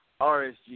RSG